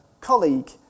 colleague